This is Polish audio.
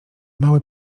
mały